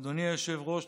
אדוני היושב-ראש,